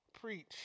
Preach